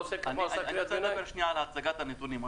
אני רוצה לדבר על הצגת הנתונים בדרך הזאת.